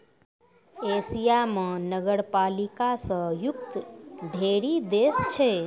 Asia म नगरपालिका स युक्त ढ़ेरी देश छै